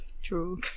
true